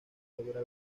logra